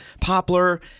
poplar